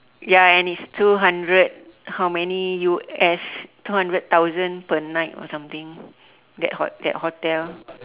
ya and it's two hundred how many U_S two hundred thousand per night or something that hot~ that hotel